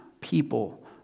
people